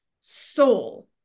soul